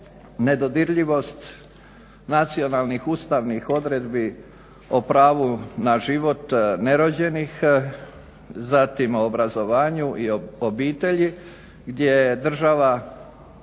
nedodirljivost nacionalnih ustavnih odredbi o pravu na život nerođenih, zatim o obrazovanju i obitelji gdje država